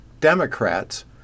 Democrats